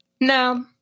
No